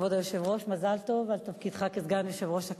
כבוד היושב-ראש,